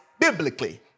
biblically